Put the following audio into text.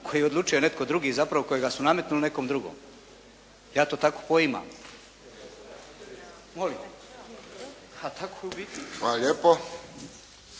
koji odlučuje netko drugi i zapravo kojega su nametnuli nekome drugom. Ja to tako poimam. **Friščić, Josip (HSS)** Hvala lijepo.